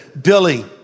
Billy